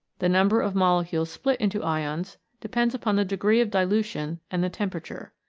the number of molecules split into ions depends upon the degree of dilution and the temperature.